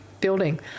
building